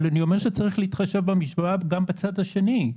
אבל אני אומר שצריך להתחשב במשוואה גם בצד השני.